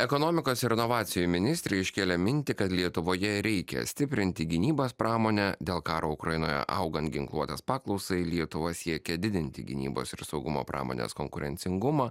ekonomikos ir inovacijų ministrė iškėlė mintį kad lietuvoje reikia stiprinti gynybos pramonę dėl karo ukrainoje augant ginkluotės paklausai lietuva siekia didinti gynybos ir saugumo pramonės konkurencingumą